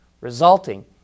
resulting